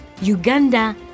uganda